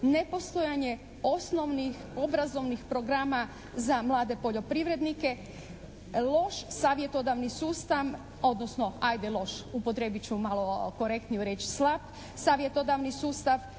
nepostojanje osnovnih obrazovanih programa za mlade poljoprivrednike loš savjetodavni sustav, odnosno ajde loš upotrijebit ću malo korektniju riječ, slab, Savjetodavni sustav,